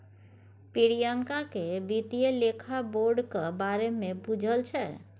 प्रियंका केँ बित्तीय लेखा बोर्डक बारे मे बुझल छै